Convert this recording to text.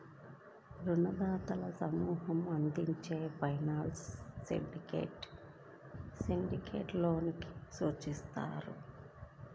రుణదాతల సమూహం అందించే ఫైనాన్సింగ్ సిండికేట్గా సిండికేట్ లోన్ ని సూచిస్తారు